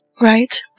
Right